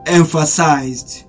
emphasized